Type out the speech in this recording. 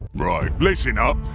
right, listen up!